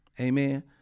Amen